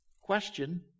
Question